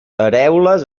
arèoles